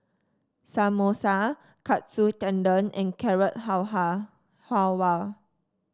Samosa Katsu Tendon and Carrot Halwa